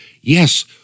yes